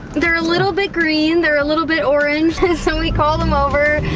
they're a little bit green, they're a little bit orange, and so we called him over